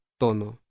tono